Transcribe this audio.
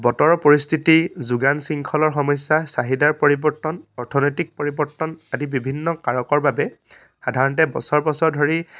বতৰৰ পৰিস্থিতি যোগান শৃংখলৰ সমস্যা চাহিদাৰ পৰিৱৰ্তন অৰ্থনৈতিক পৰিৱৰ্তন আদি বিভিন্ন কাৰকৰ বাবে সাধাৰণতে বছৰ বছৰ ধৰি